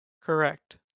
Correct